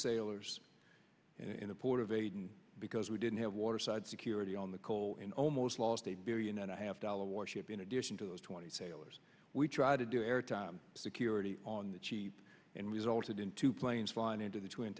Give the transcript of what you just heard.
aden because we didn't have waterside security on the cole and almost lost a billion and a half dollar warship in addition to those twenty sailors we try to do air time security on the cheap and resulted in two planes flying into the twin